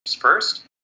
first